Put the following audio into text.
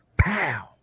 Pow